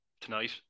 tonight